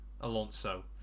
Alonso